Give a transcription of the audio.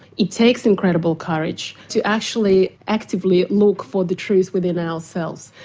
it takes incredible courage to actually actively look for the truth within ourselves.